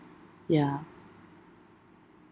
ya